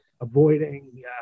avoiding